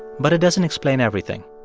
but it doesn't explain everything.